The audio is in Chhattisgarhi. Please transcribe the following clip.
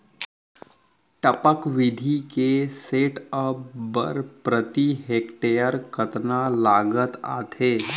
टपक विधि के सेटअप बर प्रति हेक्टेयर कतना लागत आथे?